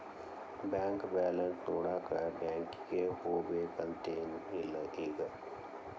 bank balance ನೋಡಾಕ ಬ್ಯಾಂಕಿಗೆ ಹೋಗ್ಬೇಕಂತೆನ್ ಇಲ್ಲ ಈಗ